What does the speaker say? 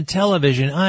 television